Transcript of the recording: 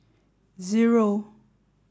zero